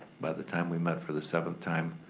by the time we met for the seventh time,